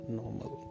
normal